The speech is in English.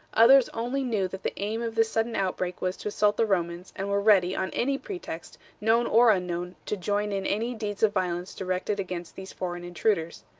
others only knew that the aim of this sudden outbreak was to assault the romans, and were ready, on any pretext, known or unknown, to join in any deeds of violence directed against these foreign intruders.